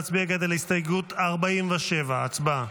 נצביע כעת על הסתייגות 47. הצבעה.